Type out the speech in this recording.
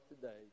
today